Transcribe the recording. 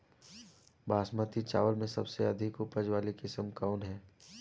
बासमती चावल में सबसे अधिक उपज वाली किस्म कौन है?